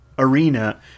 arena